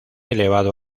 elevado